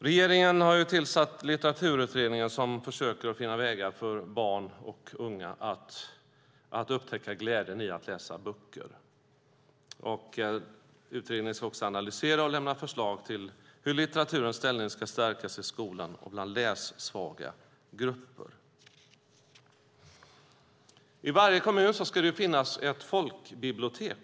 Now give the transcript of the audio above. Regeringen har tillsatt Litteraturutredningen, som försöker finna vägar för barn och unga att upptäcka glädjen i att läsa böcker. Utredningen ska också analysera och lämna förslag till hur litteraturens ställning ska stärkas i skolan och bland lässvaga grupper. I varje kommun ska det finnas ett folkbibliotek.